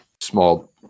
small